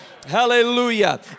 Hallelujah